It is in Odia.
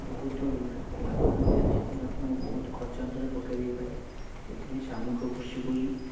ବହୁତ ଲାଭବାନ ହେଇଥାନ୍ତି ସେଥିପାଇଁ ଆପଣଙ୍କୁ ବହୁତ ଖର୍ଚ୍ଚାନ୍ତରେ ପକେଇଦେଇପାରେ ସେଥିପାଇଁ ସାମୂହିକ କୃଷିକୁ ହିଁ